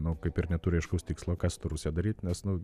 nu kaip ir neturi aiškaus tikslo ką su ta rusija daryt nes nu